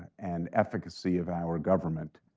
and efficacy of our government.